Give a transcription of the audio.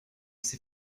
c’est